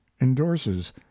endorses